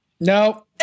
No